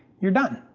you're done.